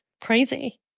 Crazy